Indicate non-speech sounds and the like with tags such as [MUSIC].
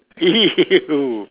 !eww! [LAUGHS]